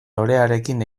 lorearekin